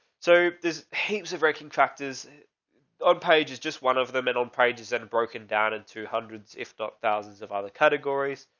so there's heaps of raking tractors on pages, just one of the middle pages and broken down into hundreds, if not thousands of other categories.